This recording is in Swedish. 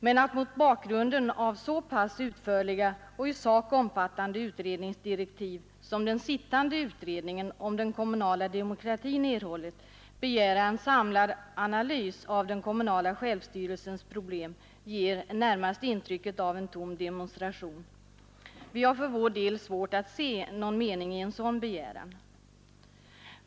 Men att mot bakgrunden av så pass utförliga och i sak omfattande utredningsdirektiv som den sittande utredningen om den kommunala demokratin erhållit begära ”en samlad analys av den kommunala självstyrelsens problem”, ger närmast intrycket av en tom demonstration. Vi har för vår del svårt att se någon mening i en sådan begäran.